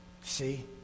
See